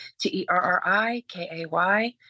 T-E-R-R-I-K-A-Y